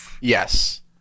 Yes